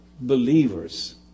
believers